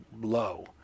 low